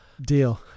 Deal